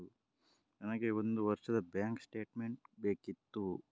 ನನಗೆ ಒಂದು ವರ್ಷದ ಬ್ಯಾಂಕ್ ಸ್ಟೇಟ್ಮೆಂಟ್ ಬೇಕಿತ್ತು